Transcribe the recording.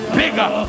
bigger